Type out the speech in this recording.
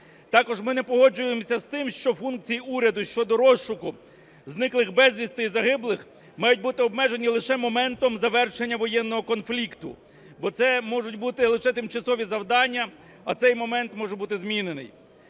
Також ми не погоджуємося з тим, що функції уряду щодо розшуку зниклих безвісти і загиблих мають бути обмежені лише моментом завершення воєнного конфлікту, бо це можуть бути лише тимчасові завдання, а цей момент може бути змінений.